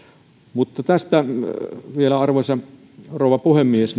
mutta tästä vielä arvoisa rouva puhemies